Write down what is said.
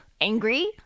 angry